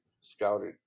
scouted